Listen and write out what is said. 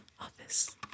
office